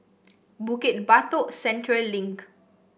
Bukit Batok Central Link